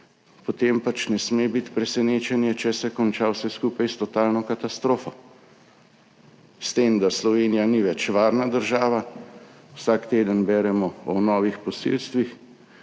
potem pač ne sme biti presenečenje, če se konča vse skupaj s totalno katastrofo. S tem, da Slovenija ni več varna država. Vsak teden beremo o novih posilstvih,